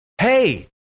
hey